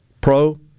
pro